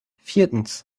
viertens